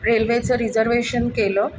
रेल्वेचं रिझर्वेशन केलं